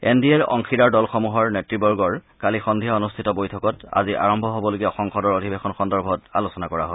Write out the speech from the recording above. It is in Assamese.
এন ডি এৰ অংশীদাৰ দলসমূহৰ নেত়বৰ্গৰ কালি সদ্ধিয়া অনুষ্ঠিত বৈঠকত আজি আৰম্ভ হবলগীয়া সংসদৰ অধিৱেশন সন্দৰ্ভত আলোচনা কৰা হয়